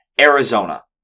Arizona